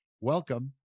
welcome